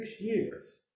years